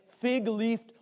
fig-leafed